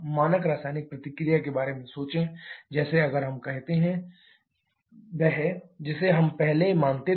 मानक रासायनिक प्रतिक्रिया के बारे में सोचें जैसे अगर हम कहते हैं CH4 2O2 → CO 2 2H2O वह जिसे हम पहले मानते थे